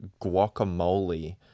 guacamole